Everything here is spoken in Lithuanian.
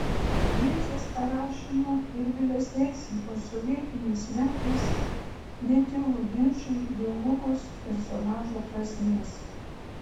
pjesės parašymo ir vėlesniais ypač sovietiniais metais netilo ginčai dėl lukos personažo prasmės